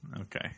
okay